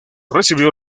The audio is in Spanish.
recibió